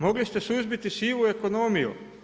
Mogli ste suzbiti sivu ekonomiju.